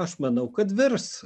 aš manau kad virs